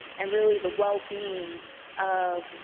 and really the well-being of